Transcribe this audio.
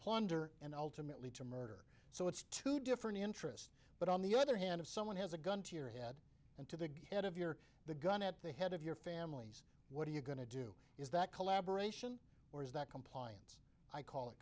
plunder and ultimately to murder so it's two different interests but on the other hand if someone has a gun to your head and to the head of your the gun at the head of your families what are you going to do is that collaboration or is that compliance i call it